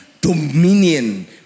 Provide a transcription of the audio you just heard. Dominion